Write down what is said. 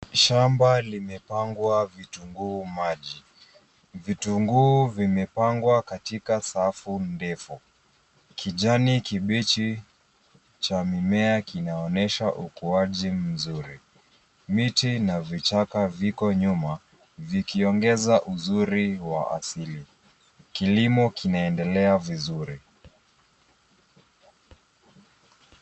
Shamba limepangwa vitunguu maji. Vitunguu vimepangwa katika safu ndefu. Kijani kibichi cha mimea kinaonyesha ukuaji mzuri. Miti na vichaka viko nyuma vikiongeza uzuri wa asili. Kilimo kinaendelea vizuri.